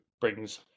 brings